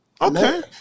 Okay